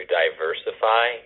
diversify